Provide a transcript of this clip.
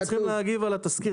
אנחנו צריכים להגיב על התזכיר.